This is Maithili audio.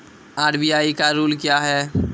आर.बी.आई का रुल क्या हैं?